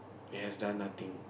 he has done nothing